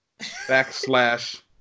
backslash